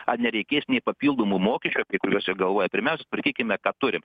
ar nereikės nei papildomų mokesčių apie kuriuos jie galvoja pirmiausia tvarkykime ką turim